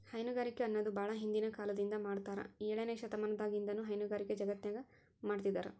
ಹೈನುಗಾರಿಕೆ ಅನ್ನೋದು ಬಾಳ ಹಿಂದಿನ ಕಾಲದಿಂದ ಮಾಡಾತ್ತಾರ ಏಳನೇ ಶತಮಾನದಾಗಿನಿಂದನೂ ಹೈನುಗಾರಿಕೆ ಜಗತ್ತಿನ್ಯಾಗ ಮಾಡ್ತಿದಾರ